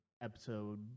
episode